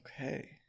Okay